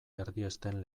erdiesten